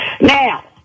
Now